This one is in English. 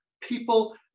people